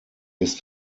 ist